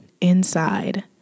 inside